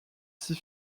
six